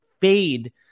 fade